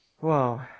Wow